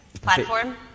platform